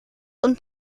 und